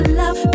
love